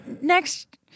next